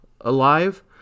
alive